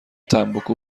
تنباکو